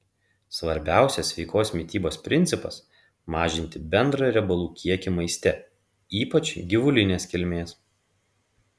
svarbiausias sveikos mitybos principas mažinti bendrą riebalų kiekį maiste ypač gyvulinės kilmės